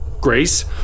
Grace